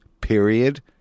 Period